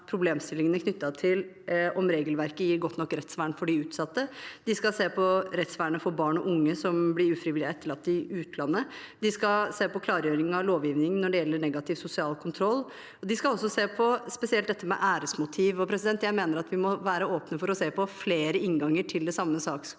om regelverket gir godt nok rettsvern for de utsatte, de skal se på rettsvernet for barn og unge som blir ufrivillig etterlatt i utlandet, de skal se på klargjøring av lovgivningen når det gjelder negativ sosial kontroll, og de skal se spesielt på dette med æresmotiv. Jeg mener at vi må være åpne for å se på flere innganger til det samme